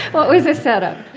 what was a setup?